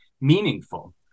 meaningful